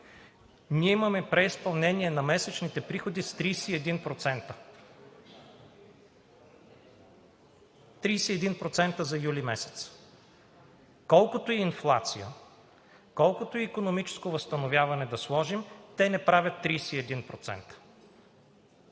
Ние имаме преизпълнение на месечните приходи с 31%. 31% за юли месец! Колкото и инфлация, колкото и икономическо възстановяване да сложим, те не правят 31%.